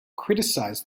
criticised